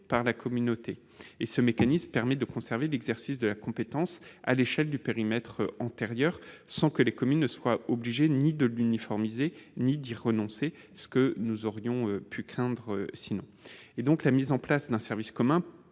par la communauté. Ce mécanisme permet de conserver l'exercice de la compétence au niveau antérieur, sans que les communes soient contraintes de l'uniformiser ou d'y renoncer, ce que nous aurions pu craindre. La mise en place d'un service commun